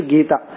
Gita